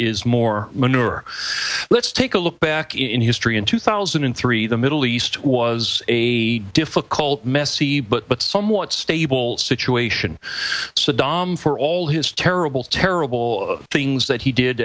is more manure let's take a look back in history in two thousand and three the middle east was a difficult messy but somewhat stable situation saddam for all his terrible terrible things that he did